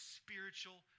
spiritual